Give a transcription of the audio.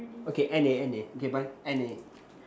okay any any okay bye any